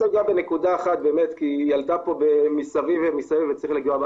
בנקודה אחת שעלתה פה מסביב ומסביב וצריך לגעת בה.